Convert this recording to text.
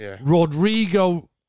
Rodrigo